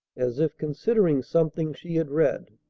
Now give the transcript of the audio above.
as if considering something she had read.